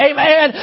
Amen